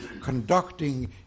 conducting